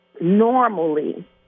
normally